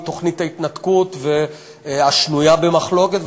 תוכנית ההתנתקות השנויה במחלוקת,